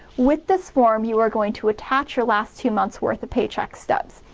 with this form, you are going to attach your last few months worth of paycheck stubs.